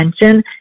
attention